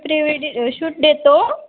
pre वेडि shoot देतो